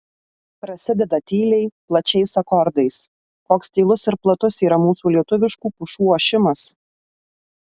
prasideda tyliai plačiais akordais koks tylus ir platus yra mūsų lietuviškų pušų ošimas